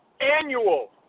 annual